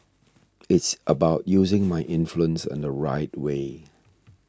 it's about using my influence in the right way